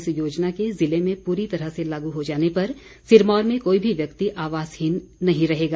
इस योजना के जिले में पूरी तरह से लागू हो जाने पर सिरमौर में कोई भी व्यक्ति आवासहीन नहीं रहेगा